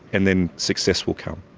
and then success will come.